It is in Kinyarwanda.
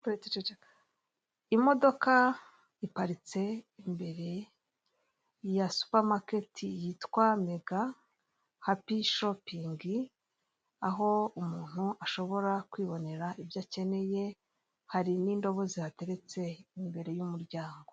Imodoka iparitse mbere ya supamaketi yitwa mega hapishopingi, aho umuntu ashobora kwibonera ibyo akeneye hari n'indobo zihateretse imbere y'umuryango.